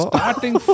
Starting